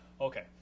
Okay